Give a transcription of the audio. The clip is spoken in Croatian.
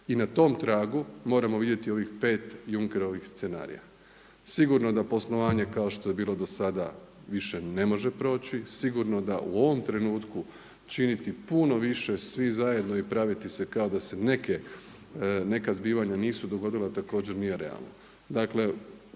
I na tom tragu moramo vidjeti ovih 5 Junckerovih scenarija. Sigurno da poslovanje kao što je bilo do sada više ne može proći, sigurno da u ovom trenutku činiti puno više svi zajedno i praviti se kao da se neka zbivanja nisu dogodila također nije realno.